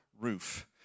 roof